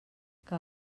que